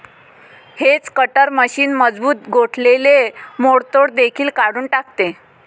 hedge cutter machine मजबूत गोठलेले मोडतोड देखील काढून टाकते